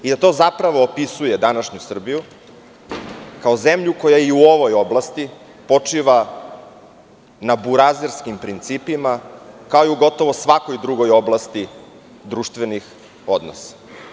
To zapravo opisuje današnju Srbiju kao zemlju koja je i u ovoj oblasti počiva na burazerskim principima, kao gotovo i u svakoj drugoj oblasti društvenih odnosa.